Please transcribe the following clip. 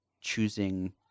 choosing